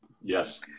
Yes